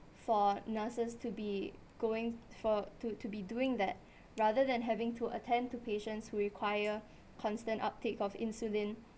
for nurses to be going for to to be doing that rather than having to attend to patients who require constant uptake of insulin